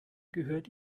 gehört